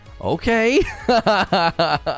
okay